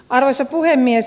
arvoisa puhemies